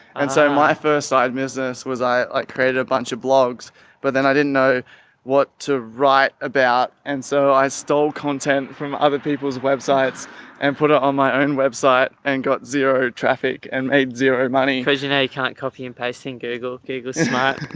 and so my first side business was i like created a bunch of blogs but then i didn't know what to write about and so i stole content from other people's websites and put it on my own website and got zero traffic and made zero money. visionary. can't copy and pasting cagle cagle smart.